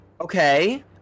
Okay